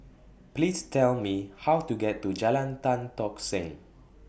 Please Tell Me How to get to Jalan Tan Tock Seng